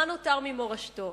מה נותר ממורשתו?